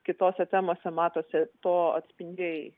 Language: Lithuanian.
kitose temose matosi to atspindžiai